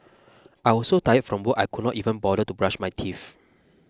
I was so tired from work I could not even bother to brush my teeth